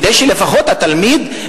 כדי שלפחות התלמיד,